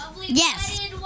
Yes